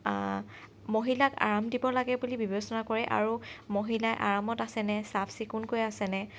মহিলাক আৰাম দিব লাগে বুলি বিবেচনা কৰে আৰু মহিলাই আৰামত আছেনে চাফ চিকুনকৈ আছেনে